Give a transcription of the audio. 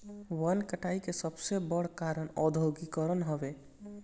वन कटाई के सबसे बड़ कारण औद्योगीकरण हवे